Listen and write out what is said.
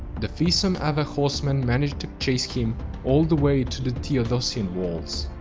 the fearsome avar horsemen managed to chase him all the way to the theodosian walls.